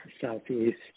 Southeast